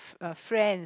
uh friends